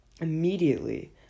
immediately